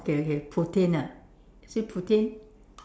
okay okay Putien ah is it Putien